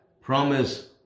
promise